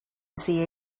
see